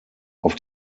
auf